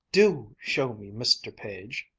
do show me, mr. page!